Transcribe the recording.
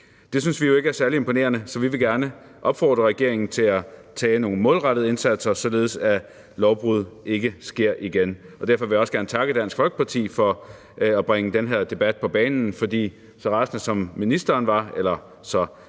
Det synes vi jo ikke er særlig imponerende, så vi vil gerne opfordre regeringen til at lave nogle målrettede indsatser, således at lovbrud ikke sker igen. Derfor vil jeg også gerne takke Dansk Folkeparti for at bringe den her debat på banen, for så rasende eller sur, som ministeren var, havde